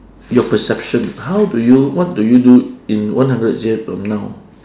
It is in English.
your perception how do you what do you do in one hundred years from now